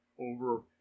over